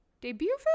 debut